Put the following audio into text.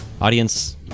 Audience